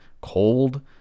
cold